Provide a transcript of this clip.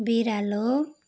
बिरालो